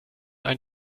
ein